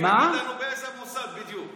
תגיד לנו באיזה מוסד בדיוק.